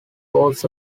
was